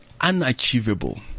unachievable